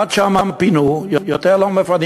עד שם פינו ויותר לא מפנים.